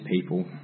people